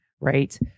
Right